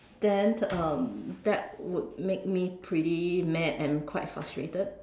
then um that would make me pretty mad and quite frustrated